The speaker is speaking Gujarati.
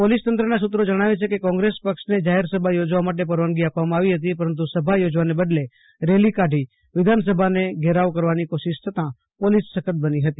પોલીસ તંત્રના સુત્રો જણાવે છે કે કોંગ્રેસ પક્ષને જાહેરસભા યોજવા માટે પરવાનગી આપવામાં આવી હતી પરંતુ સભા યોજવાને બદલે રેલી કાઢી વિધાનસભાને ઘેરાવ કરવાની કોશિશ થતા પોલીસ સખત બની હતી